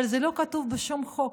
אבל זה לא כתוב בשום חוק.